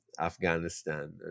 afghanistan